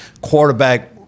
quarterback